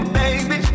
baby